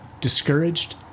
discouraged